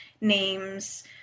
names